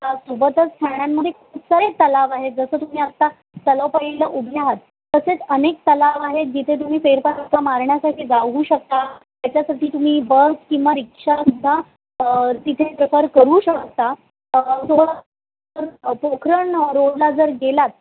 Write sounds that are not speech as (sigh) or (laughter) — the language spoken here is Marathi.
सोबतच ठाण्यामध्ये खूप सारे तलाव आहेत जसं तुम्ही आता तलावपाळीला उभे आहात तसेच अनेक तलाव आहेत जिथे तुम्ही पेरफटका मारण्यासाठी जाऊ शकता त्याच्यासाठी तुम्ही बस किंवा रिक्षासुद्धा तिथे प्रिफर करू शकता (unintelligible) पोखरण रोडला जर गेलात